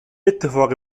اتفاقی